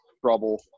trouble